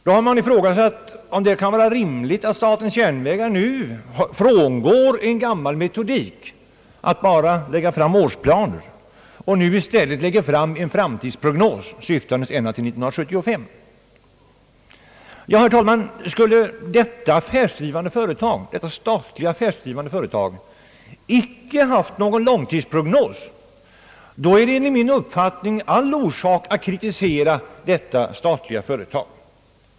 Det har ifrågasatts om det kan vara rimligt att statens järnvägar nu frångår sin gamla metodik att bara lägga fram årsplaner för att i stället lägga fram en prognos som sträcker sig ända till år 1975. Skulle detta statliga affärsdrivande företag icke haft någon långtidsprognos, då är det enligt min uppfattning all orsak att kritisera verket.